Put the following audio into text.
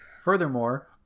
Furthermore